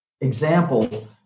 example